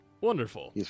Wonderful